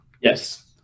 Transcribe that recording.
yes